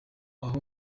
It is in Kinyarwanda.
aho